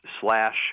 slash